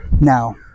Now